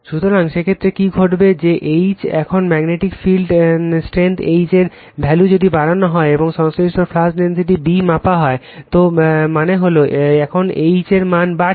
সুতরাং সেই ক্ষেত্রে কী ঘটবে যে H এখন ম্যাগনেটিক ফিল্ড স্ট্রেংথ H এর ভ্যালু যদি বাড়ানো হয় এবং সংশ্লিষ্ট ফ্লাক্স ডেনসিটি B মাপা হয় তো এর মানে হলো এখন H এর মান বাড়ছে